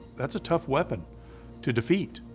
that's a tough weapon to defeat,